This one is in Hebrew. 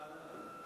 ועדת הכספים.